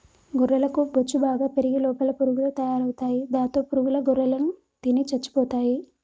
గొర్రెలకు బొచ్చు బాగా పెరిగి లోపల పురుగులు తయారవుతాయి దాంతో పురుగుల గొర్రెలను తిని చచ్చిపోతాయి